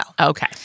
okay